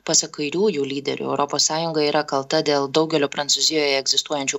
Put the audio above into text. pasak kairiųjų lyderių europos sąjunga yra kalta dėl daugelio prancūzijoje egzistuojančių